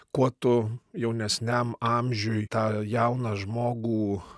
kuo tu jaunesniam amžiuj tą jauną žmogų